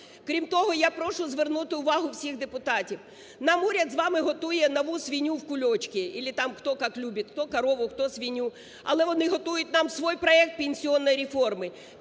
Крім того я прошу звернути увагу всіх депутатів: нам уряд з вами готує нову "свинью в кулечке" или кто там как любит – кто "корову", кто "свинью", але вони готують нам свій проект пенсійної реформи.